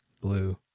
blue